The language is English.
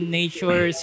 nature